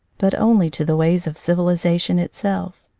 but only to the ways of civilization itself.